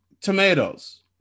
tomatoes